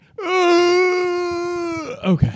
Okay